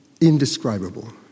indescribable